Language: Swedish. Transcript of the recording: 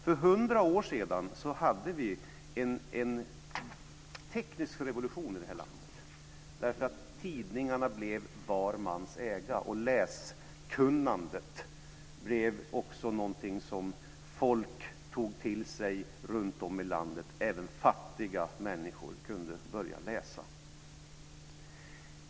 För hundra år sedan hade vi en teknisk revolution i landet. Tidningen blev var mans ägodel, och folk runtom i landet blev läskunniga. Även fattiga människor kunde börja läsa.